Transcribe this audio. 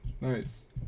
nice